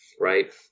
right